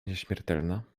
nieśmiertelna